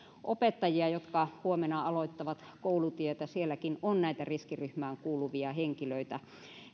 opettajia jotka huomenna aloittavat koulutietä sielläkin on näitä riskiryhmään kuuluvia henkilöitä